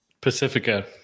Pacifica